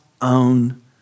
own